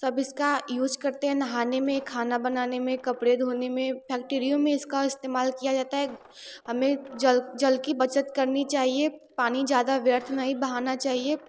सब इसका यूज करते हैं नहाने में खाना बनाने में कपड़े धोने में फैक्टीरियों में इसका इस्तेमाल किया जाता है हमें जल जल की बचत करनी चाहिए पानी ज़्यादा व्यर्थ नहीं बहाना चाहिए